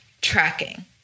tracking